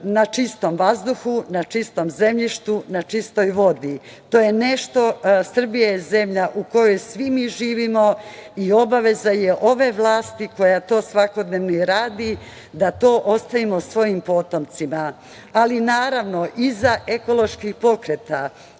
na čistom vazduhu, na čistom zemljištu, na čistoj vodi. Srbija je zemlja u kojoj svi mi živimo i obaveza je ove vlasti, koja to svakodnevno i radi, da to ostavimo svojim potomcima. Naravno, iza ekoloških pokreta